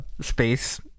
space